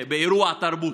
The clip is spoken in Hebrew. באירוע תרבות,